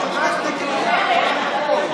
אנחנו מקיימים כאן ישיבה.